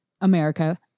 America